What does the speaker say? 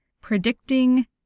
predicting